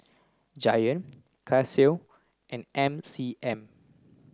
Giant Casio and M C M